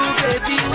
baby